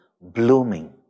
blooming